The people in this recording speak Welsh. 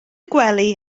gwely